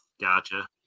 Gotcha